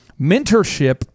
mentorship